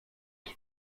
qui